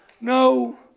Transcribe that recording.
no